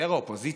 יותר האופוזיציה,